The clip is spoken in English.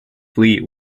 fleet